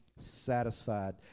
satisfied